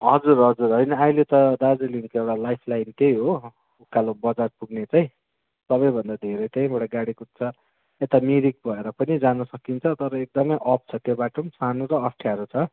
हजुर हजुर होइन अहिले त दार्जिलिङको एउटा लाइफलाइन त्यही हो उकालो बजार पुग्ने चाहिँ सबैभन्दा धेरै त्यहीँबाट गाडी कुद्छ यता मिरिक भएर पनि जानु सकिन्छ तर एकदमै अप छ त्यो बाटो पनि सानो र अप्ठ्यारो छ